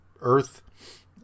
earth